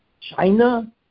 China